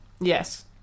Yes